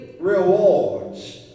rewards